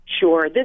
Sure